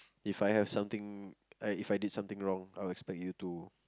If I have something like If I did something wrong I'll expect you to